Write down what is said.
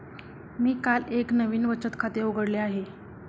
मी काल एक नवीन बचत खाते उघडले आहे